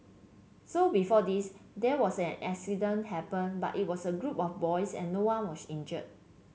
so before this there was an accident happened but it was a group of boys and no one was injured